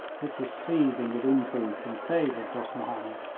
which was seething with intrigues in favour of dost mahomed,